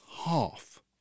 half